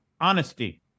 Honesty